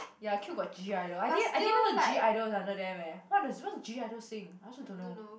ya Cube got G-idle I didn't I didn't even know G-idle is under them lah Cube what does G-idle sings I also don't know